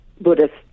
Buddhist